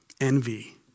envy